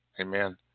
amen